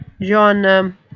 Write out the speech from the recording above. John